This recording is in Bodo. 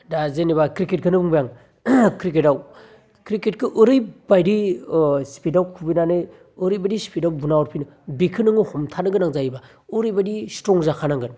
दा जेनोबा क्रिकेटखौनो बुंबाय आं क्रिकेटआव क्रिकेटखौ ओरैबादि अ स्पिडयाव खुबैनानै ओरैबादि स्पिडयाव बुना हरफिनो बेखौ नोङो हमथानो गोनां जायोबा ओरैबादि स्ट्रं जाखानांगोन